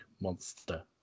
monster